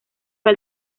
del